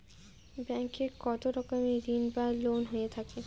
Bank এ কত রকমের ঋণ বা লোন হয়ে থাকে?